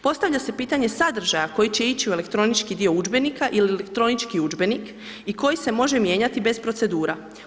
Postavlja se pitanje sadržaja koji će ići u elektronički dio udžbenika ili u elektronički udžbenik i koji se može mijenjati bez procedura.